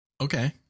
Okay